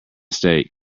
stake